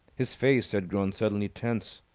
his face had grown suddenly tense,